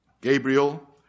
Gabriel